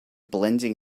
blending